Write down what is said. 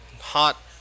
hot